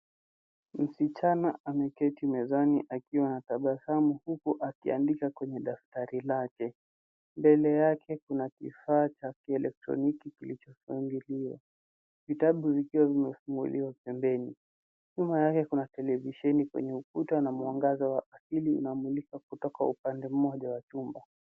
Msichana ameketi mezani akiwa na tabasamu huku akiandika kwenye daftari lake. Mbele yake kuna kifaa cha kielektroniki kilicho funguliwa, vitabu vikiwa vimefunguliwa pembeni. Nyuma yake kuna televisheni kwenye ukuta na mwangaza wa asili unamulika kutoka upande moja wa chumba.